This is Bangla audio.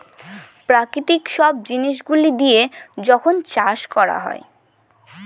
প্রাকৃতিক সব জিনিস গুলো দিয়া যখন চাষ করা হয়